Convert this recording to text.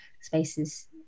spaces